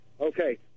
Okay